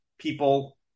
People